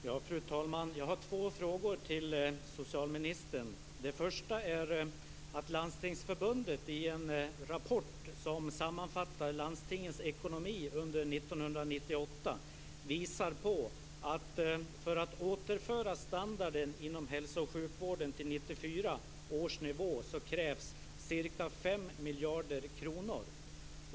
Fru talman! Jag har två frågor till socialministern. Landstingsförbundet visar i en rapport som sammanfattar landstingens ekonomi under 1998 att det för att återföra standarden inom hälso och sjukvården till 1994 års nivå krävs ca 5 miljarder kronor.